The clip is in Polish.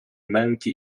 męki